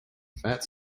fat